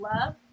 love